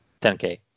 10k